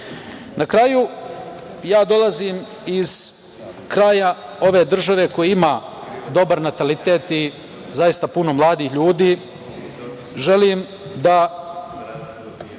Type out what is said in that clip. kraju, dolazim iz kraja ove države koji ima dobar natalitet i zaista puno mladih ljudi. Želim da